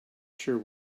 sure